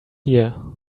here